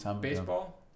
baseball